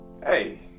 Hey